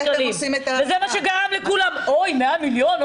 וזה מה שגרם לכולם להגיד: 100 מיליון,